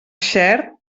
xert